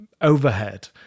overhead